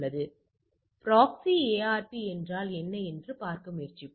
எனவே proxy ARP என்றால் என்ன என்று பார்க்க முயற்சிப்போம்